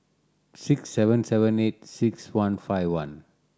six seven seven eight six one five one